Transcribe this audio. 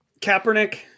Kaepernick